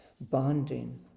bonding